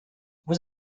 vous